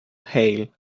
hail